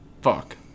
fuck